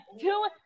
two